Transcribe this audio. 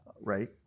Right